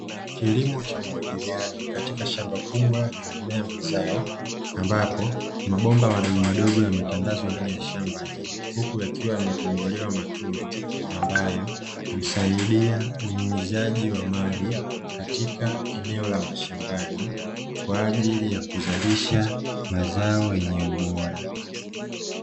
Kilimo cha umwagiliaji katika shamba kubwa la mimea na mazao, ambapo mabomba madogomadogo yametandazwa ndani ya shamba hilo huku yakiwa yametobolewa matundu, ambayo husaidia unuuzaji wa maji katika eneo la mashambani kwa ajili ya kuzalisha mazao yenye ubora.